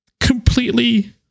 completely